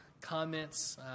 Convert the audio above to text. comments